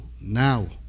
now